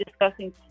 discussing